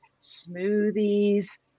smoothies